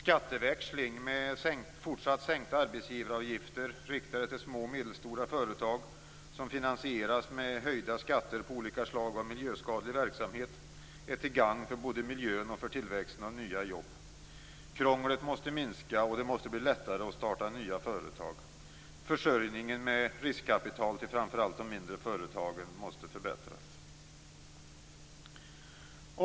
Skatteväxling med fortsatt sänkta arbetsgivaravgifter riktade till små och medelstora företag, som finansieras med höjda skatter på olika slag av miljöskadlig verksamhet, är till gagn både för miljön och för tillväxten av nya jobb. Krånglet måste minska, och det måste bli lättare att starta nya företag. Försörjningen med riskkapital till framför allt de mindre företagen måste förbättras.